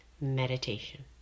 meditation